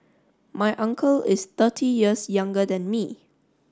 my uncle is thirty years younger than me